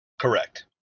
Correct